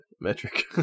metric